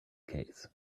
case